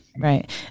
right